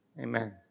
Amen